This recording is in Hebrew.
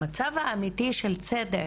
המצב האמיתי של צדק,